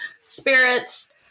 spirits